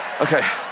Okay